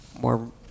more